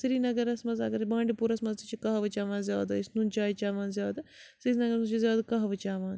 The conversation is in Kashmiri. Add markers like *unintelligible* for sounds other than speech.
سرینَگرَس منٛز اَگر بانٛڈی پورہَس منٛز تہِ چھِ کَہوٕ چٮ۪وان زیادٕ أسۍ نُن چاے چٮ۪وان زیادٕ *unintelligible* منٛز چھِ زیادٕ کَہوٕ چٮ۪وان